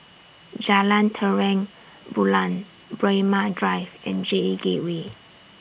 Jalan Terang Bulan Braemar Drive and J Gateway